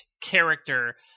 character